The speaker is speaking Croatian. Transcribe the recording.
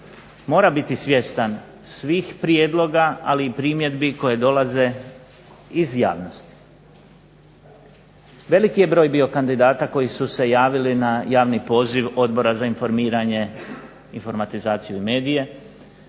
mora biti svjestan svih prijedloga, ali i primjedbi koje dolaze iz javnosti. Veliki je broj bio kandidata koji su se javili na javni poziv Odbora za informiranje, informatizaciju i medije